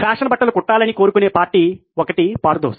fashion బట్టలు కుట్టాలని కోరుకునే పార్టీ 1 పోర్థోస్